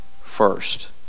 first